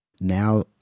Now